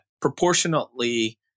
proportionately